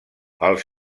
els